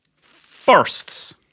firsts